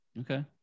Okay